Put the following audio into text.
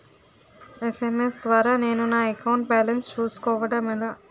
SMS ద్వారా నేను నా అకౌంట్ బాలన్స్ చూసుకోవడం ఎలా?